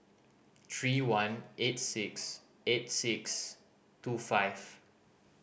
three one eight six eight six two five